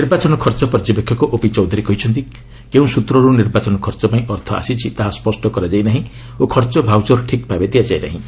ନିର୍ବାଚନ ଖର୍ଚ୍ଚ ପର୍ଯ୍ୟବେକ୍ଷକ ଓପି ଚୌଧ୍ୱରୀ କହିଛନ୍ତି କେଉଁ ସ୍ୱତ୍ରର୍ ନିର୍ବାଚନ ଖର୍ଚ୍ଚ ପାଇଁ ଅର୍ଥ ଆସିଛି ତାହା ସ୍ୱଷ୍ଟ କରାଯାଇ ନାହିଁ ଓ ଖର୍ଚ୍ଚ ଭାଉଚର ଠିକ୍ ଭାବେ ଦିଆଯାଇ ନାହିଁ